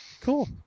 Cool